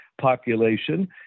population